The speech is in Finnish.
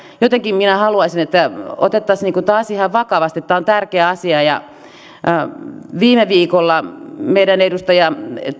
jotenkin minä haluaisin että otettaisiin tämä asia ihan vakavasti tämä on tärkeä asia viime viikolla meidän edustaja